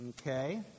Okay